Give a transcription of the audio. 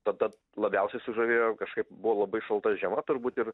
ta ta labiausiai sužavėjo kažkaip buvo labai šalta žiema turbūt ir